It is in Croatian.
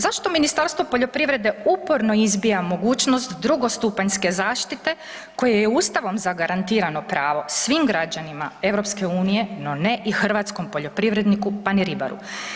Zašto Ministarstvo poljoprivrede uporno izbija mogućnost drugostupanjske zaštite koje je Ustavom zagarantirano pravo svim građanima EU, no ne i hrvatskom poljoprivredniku pa ni ribaru.